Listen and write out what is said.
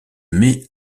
mai